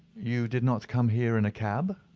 you did not come here in a cab?